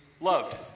loved